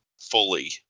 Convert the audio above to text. fully